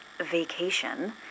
vacation